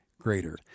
greater